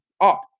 up